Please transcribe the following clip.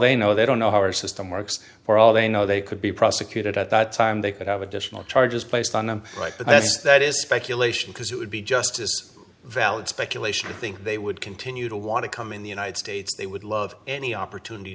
they know they don't know how our system works for all they know they could be prosecuted at the time they could have additional charges placed on them right but that's that is speculation because it would be just as valid speculation to think they would continue to want to come in the united states they would love any opportunity